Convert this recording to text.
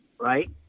Right